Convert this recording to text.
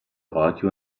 radio